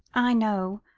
i know.